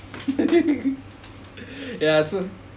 ya so